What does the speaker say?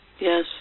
yes